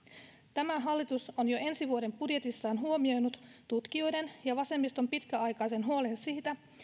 tämä hallitus on jo ensi vuoden budjetissaan huomioinut tutkijoiden ja vasemmiston pitkäaikaisen huolen siitä